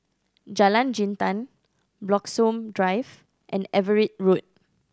Jalan Jintan Bloxhome Drive and Everitt Road